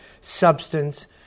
substance